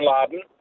Laden